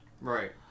right